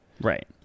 Right